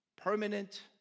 permanent